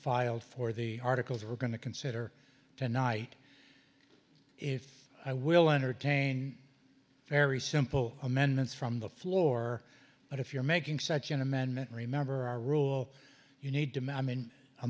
filed for the articles we're going to consider tonight if i will entertain very simple amendments from the floor but if you're making such an amendment remember our rule you need to my main